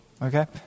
Okay